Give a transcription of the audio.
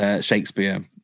Shakespeare